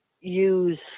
use